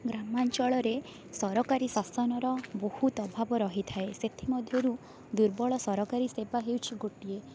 ଗ୍ରାମାଞ୍ଚଳରେ ସରକାରୀ ଶାସନର ବହୁତ ଅଭାବ ରହିଥାଏ ସେଥିମଧ୍ୟରୁ ଦୁର୍ବଳ ସରକାରୀ ସେବା ହେଉଛି ଗୋଟିଏ